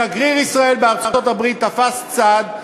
שגריר ישראל בארצות-הברית תפס צד,